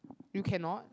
you cannot